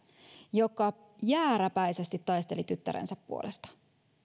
joka jääräpäisesti taisteli tyttärensä puolesta